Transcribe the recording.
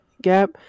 gap